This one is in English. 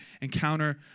encounter